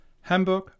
Hamburg